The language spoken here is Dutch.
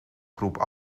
groep